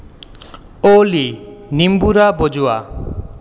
অ'লি নিম্বুৰা বজোৱা